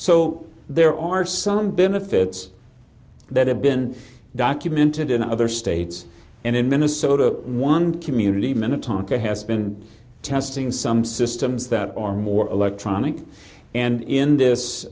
so there are some benefits that have been documented in other states and in minnesota one community minute tonka has been testing some systems that are more electronic and in this